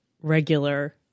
regular